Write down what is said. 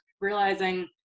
realizing